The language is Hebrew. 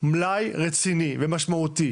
מלאי רציני ומשמעותי